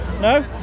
no